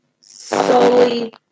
solely